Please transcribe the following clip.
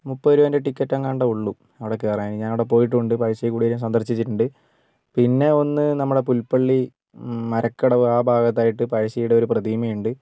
മുപ്പതുരൂപയുടെ ticket എങ്ങാണ്ടേ ഉള്ളൂ അവിടെ കയറാൻ ഞാൻ അവിടെ പോയിട്ടുണ്ട് പഴശ്ശി കുടീരം സന്ദർശിച്ചിട്ടുണ്ട് പിന്നെ ഒന്ന് നമ്മളെ പുൽപ്പള്ളി മരക്കടവ് ആ ഭാഗത്തായിട്ട് പഴശ്ശിയുടെ ഒരു പ്രതിമയുണ്ട്